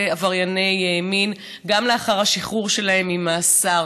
עברייני מין גם לאחר השחרור שלהם ממאסר.